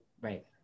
Right